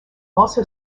also